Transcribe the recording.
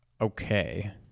okay